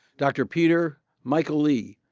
dr. peter michaely,